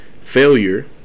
failure